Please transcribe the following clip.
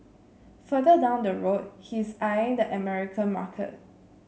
further down the road he is eyeing the American market